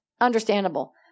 Understandable